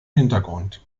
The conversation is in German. hintergrund